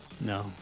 No